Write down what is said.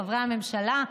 חברי הממשלה,